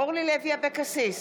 אורלי לוי אבקסיס,